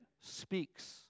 speaks